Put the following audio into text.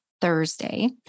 Thursday